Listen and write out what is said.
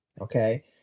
Okay